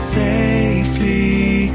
safely